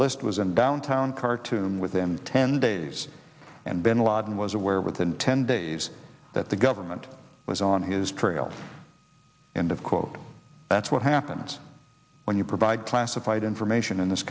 list was in downtown khartoum within ten days and bin laden was aware within ten days that the government was on his trail end of quote that's what happens when you provide classified information in this